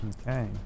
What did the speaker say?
Okay